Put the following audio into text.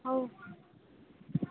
ହଉ